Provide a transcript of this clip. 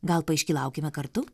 gal paiškylaukime kartu